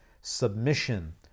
submission